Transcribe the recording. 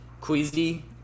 Queasy